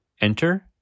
Enter